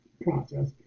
process